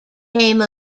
name